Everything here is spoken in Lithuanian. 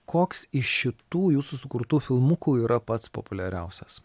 koks iš šitų jūsų sukurtų filmukų yra pats populiariausias